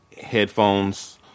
headphones